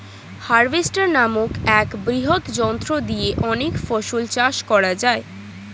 harvester নামক এক বৃহৎ যন্ত্র দিয়ে অনেক ফসল চাষ করা যায়